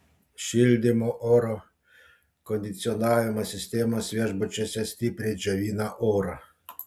šildymo oro kondicionavimo sistemos viešbučiuose stipriai džiovina orą